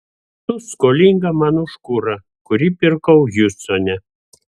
tu skolinga man už kurą kurį pirkau hjustone